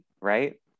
right